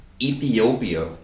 Ethiopia